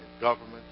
government